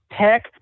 tech